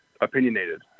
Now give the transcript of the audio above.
opinionated